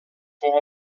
fou